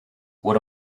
what